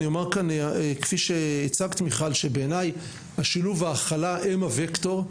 אני אומר כאן שבעיניי השילוב וההכלה הם הווקטור,